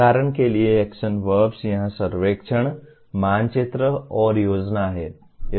उदाहरण के लिए एक्शन वर्ब्स यहाँ सर्वेक्षण मानचित्र और योजना हैं